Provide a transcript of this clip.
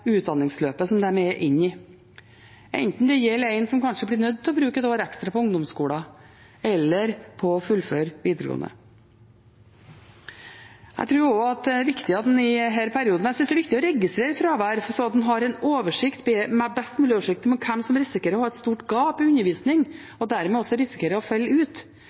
utdanningsløpet som de er inne i, enten det gjelder en som kanskje blir nødt til å bruke et år ekstra på ungdomsskolen, eller på å fullføre videregående. Jeg synes også det er viktig i denne perioden å registrere fravær, slik at en har en best mulig oversikt over hvem som risikerer å ha et stort gap i undervisningen og dermed risikerer å falle ut,